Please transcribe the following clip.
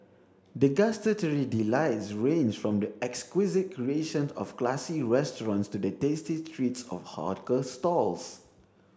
the gustatory delights range from the exquisite creation of classy restaurants to the tasty treats of hawker stalls